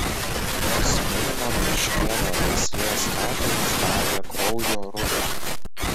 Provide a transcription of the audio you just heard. jos meino meškėno veislės katinas davė kraujo rubiui